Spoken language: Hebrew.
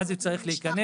ואז הוא צריך להיכנס,